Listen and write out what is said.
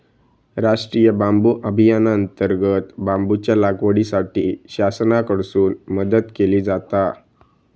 राष्टीय बांबू अभियानांतर्गत बांबूच्या लागवडीसाठी शासनाकडून मदत केली जाता